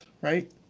right